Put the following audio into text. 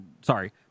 sorry